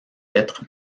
lettres